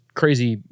crazy